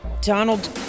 Donald